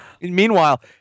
Meanwhile